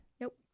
Nope